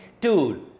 Dude